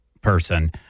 person